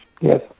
Yes